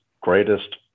greatest